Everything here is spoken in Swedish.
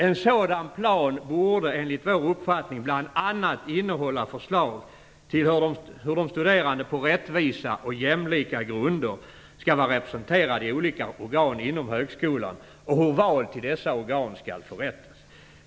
En sådan plan borde enligt vår uppfattning bl.a. innehålla förslag till hur de studerande på rättvisa och jämlika grunder skall vara representerade i olika organ inom högskolan och hur val till dessa organ skall förrättas.